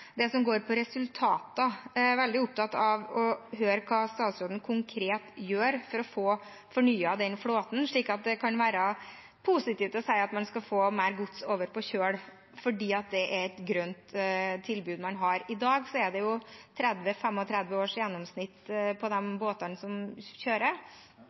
det som går på resultater: Jeg er veldig opptatt av å høre hva statsråden konkret gjør for å få fornyet denne flåten, slik at det kan være positivt å si at man skal få mer gods over på kjøl, fordi det er et grønt tilbud man har. I dag er jo båtene som kjøres, i gjennomsnitt 30–35 år. Noen må finne en løsning på dette, markedsmessig, få det